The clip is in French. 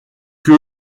que